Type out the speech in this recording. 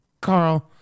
Carl